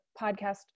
podcast